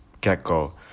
get-go